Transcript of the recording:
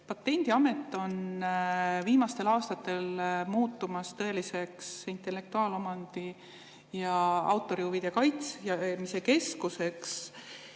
Patendiamet on viimastel aastatel muutumas tõeliseks intellektuaalomandi ja autorihuvide kaitsmise keskuseks